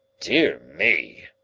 dear me!